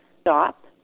stop